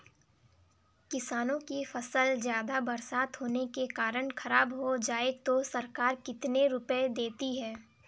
किसानों की फसल ज्यादा बरसात होने के कारण खराब हो जाए तो सरकार कितने रुपये देती है?